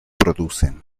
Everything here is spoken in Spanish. producen